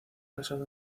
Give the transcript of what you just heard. casado